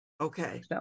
Okay